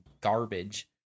garbage